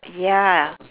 ya